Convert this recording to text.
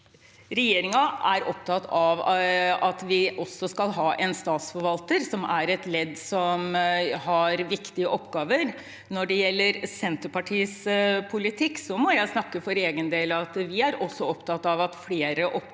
Regjeringen er opptatt av at vi også skal ha en statsforvalter, som er et ledd med viktige oppgaver. Når det gjelder Senterpartiets politikk, må jeg snakke for egen del. Vi er også opptatt av at flere oppgaver